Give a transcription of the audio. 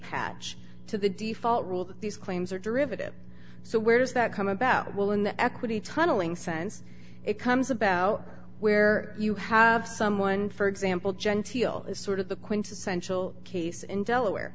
hatch to the default rule that these claims are derivative so where does that come about well in the equity tunnelling sense it comes about where you have someone for example genteel is sort of the quintessential case in delaware